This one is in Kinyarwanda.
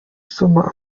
usoma